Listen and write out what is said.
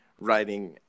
writing